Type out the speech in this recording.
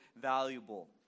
valuable